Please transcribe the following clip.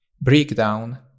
breakdown